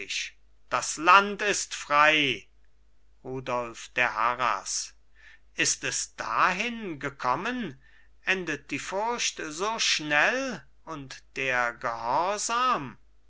das land ist frei rudolf der harras ist es dahin gekommen endet die furcht so schnell und der gehorsam